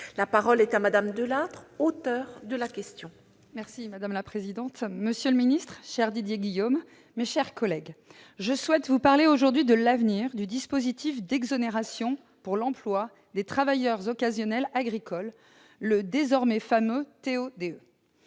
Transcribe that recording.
à M. le ministre de l'agriculture et de l'alimentation. Madame la présidente, monsieur le ministre- cher Didier Guillaume -, mes chers collègues, je souhaite vous parler aujourd'hui de l'avenir du dispositif d'exonération pour l'emploi des travailleurs occasionnels agricoles, le désormais fameux TODE.